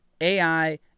AI